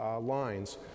lines